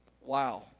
Wow